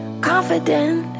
confident